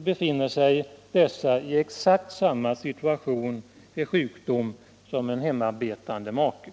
befinner sig vid sjukdom i exakt samma situation som en hemarbetande make.